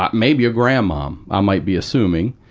maybe a grandmom, i might be assuming,